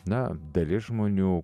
na dalis žmonių